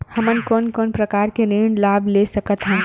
हमन कोन कोन प्रकार के ऋण लाभ ले सकत हन?